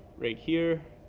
right here.